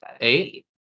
Eight